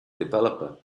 developer